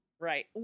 Right